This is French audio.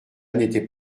n’était